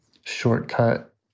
shortcut